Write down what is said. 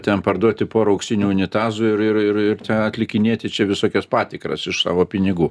ten parduoti porą auksinių unitazų ir ir ir atlikinėti čia visokias patikras iš savo pinigų